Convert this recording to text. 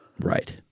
Right